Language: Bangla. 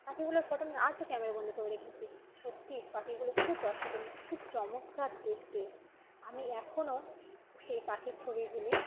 পাখিগুলোর ফটো আমি আজও ক্যামেরাবন্দি করে রেখেছি সত্যি পাখিগুলো খুব অসাধারণ খুব চমৎকার দেখতে আমি এখনও সেই পাখির ছবিগুলি